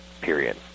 period